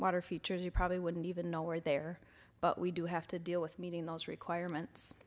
water features you probably wouldn't even know where there but we do have to deal with meeting those requirements